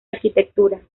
arquitectura